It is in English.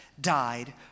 died